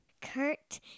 Kurt